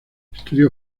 estudió